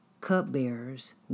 Cupbearers